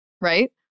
right